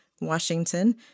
Washington